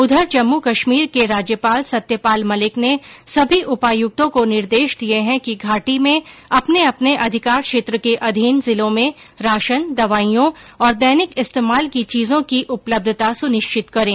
उधर जम्मू कश्मीर के राज्यपाल सत्यपाल मलिक ने सभी उपायुक्तों को निर्देश दिए हैं कि घाटी में अपने अपने अधिकार क्षेत्र के अधीन जिलों में राशन दवाइयों और दैनिक इस्तेमाल की चीजों की उपलब्धता सुनिश्चित करें